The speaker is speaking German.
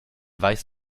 weiß